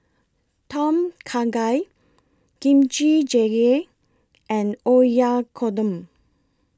Tom Kha Gai Kimchi Jjigae and Oyakodon